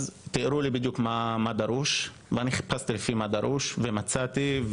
אז תיארו לי בדיוק מה הן הדרישות וחיפשתי בהתאם לדרישות וגם מצאתי.